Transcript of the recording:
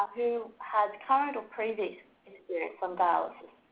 who had current or previous experience from dialysis,